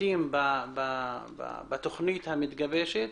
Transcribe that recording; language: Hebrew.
בפרטים של התכנית המתגבשת.